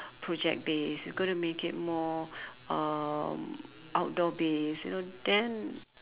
project based we going to make it more um outdoor base you know then